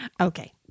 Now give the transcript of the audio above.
Okay